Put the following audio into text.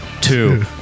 two